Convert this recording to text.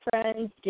friends